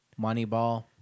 Moneyball